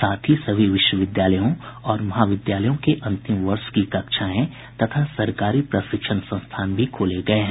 साथ ही सभी विश्वविद्यालयों और महाविद्यालयों के अंतिम वर्ष की कक्षाएं तथा सरकारी प्रशिक्षण संस्थान भी खोले गये हैं